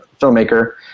filmmaker